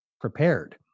prepared